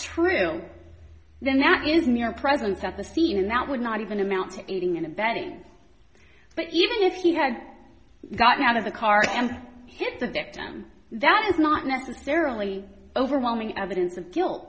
true then that is mere presence at the scene and that would not even amount to aiding and abetting but even if he had gotten out of the car and hit the victim that is not necessarily overwhelming evidence of guilt